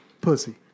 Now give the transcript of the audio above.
Pussy